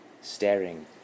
staring